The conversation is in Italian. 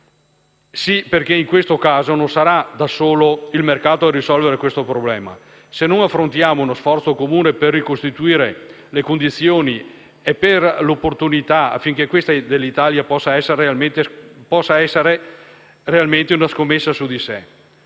Sì, perché in questo caso non sarà il mercato da solo a risolvere questo problema, se non affrontiamo uno sforzo comune per ricostituire le condizioni e le opportunità, affinché questa parte dell'Italia possa realmente scommettere su di sé.